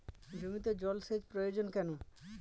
জমিতে জল সেচ প্রয়োজন কেন?